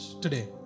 today